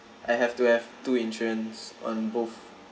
I have to have two insurance on both